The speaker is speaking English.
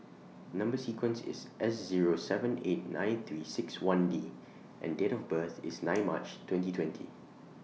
Number sequence IS S Zero seven eight nine three six one D and Date of birth IS nine March twenty twenty